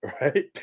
right